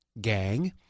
gang